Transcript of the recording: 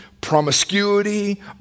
promiscuity